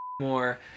more